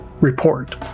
report